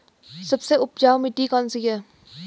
सबसे उपजाऊ मिट्टी कौन सी है?